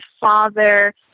father